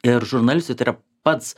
ir žurnalistui tai yra pats